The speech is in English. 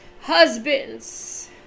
Husbands